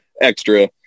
extra